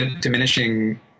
diminishing